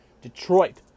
Detroit